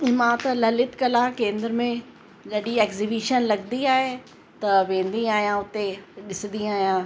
मां त ललित कला केंद्र में जॾहिं एक्सज़ीबीशन लॻंदी आहे त वेंदी आहियां उते ॾिसंदी आहियां